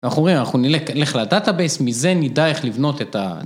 אנחנו רואים, אנחנו נל.. נלך לדאטאבייס, מזה נדע איך לבנות את ה...